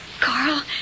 Carl